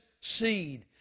seed